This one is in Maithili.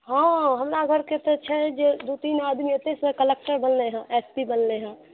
हॅं हमरा घरके तऽ छै जे दू तीन आदमी ओतैसँ कलक्टर बनलै हँ एस पी बनलै हँ